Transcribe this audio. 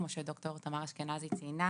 כמו שד"ר תמר אשכנזי ציינה